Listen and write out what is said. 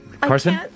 Carson